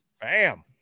Bam